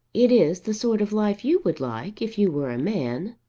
it is the sort of life you would like if you were a man.